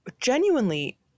genuinely